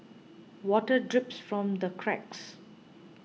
water drips from the cracks